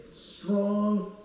strong